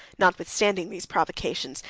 notwithstanding these provocations,